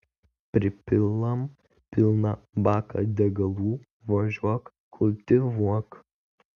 pripilam pilną baką degalų važiuok kultivuok